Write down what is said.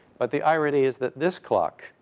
but the irony is that this clock,